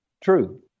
True